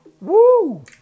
Woo